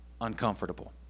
uncomfortable